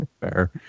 Fair